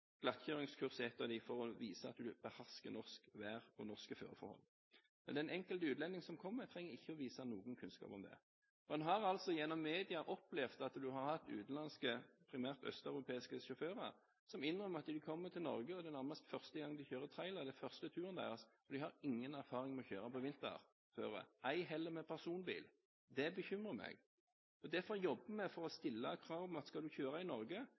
er ett av dem – for å vise at man behersker norske vær- og føreforhold. Men den enkelte utlending som kommer, trenger ikke å vise fram noe kunnskap om det. Man har gjennom media opplevd at utenlandske – primært østeuropeiske – sjåfører innrømmer at de kommer til Norge og kjører på vinterføre nærmest for første gang. De har ingen erfaring med å kjøre på vinterføre, ei heller med personbil. Det bekymrer meg. Derfor jobber vi med å stille krav om at skal man kjøre i Norge